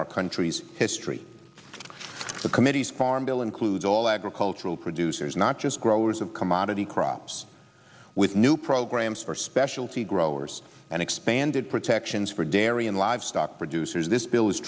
our country's history the committee's farm bill includes all agricultural producers not just growers of commodity crops with new programs for specialty growers and expanded protections for dairy and livestock producers this bill is